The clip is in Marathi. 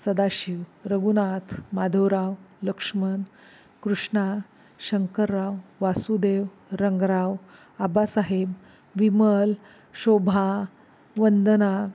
सदाशिव रघुनाथ माधवराव लक्ष्मन कृष्णा शंकरराव वासुदेव रंगराव आबासाहेब विमल शोभा वंदना